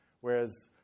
Whereas